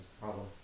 problem